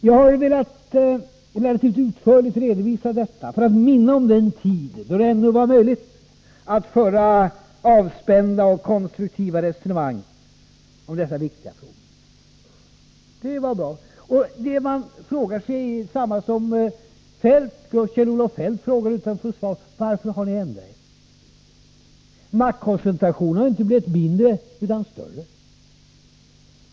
Jag har relativt utförligt redovisat detta för att minna om den tid då det ännu var möjligt att föra avspända och konstruktiva resonemang om dessa viktiga frågor. Det jag frågar mig är detsamma som Kjell-Olof Feldt frågade utan att få något svar: Varför har ni ändrat er? Maktkoncentrationen har ju inte blivit mindre utan större.